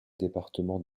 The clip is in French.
département